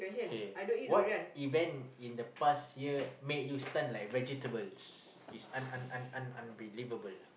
kay what event in the past year made you stun like vegetables it's un~ un~ un~ un~ unbelievable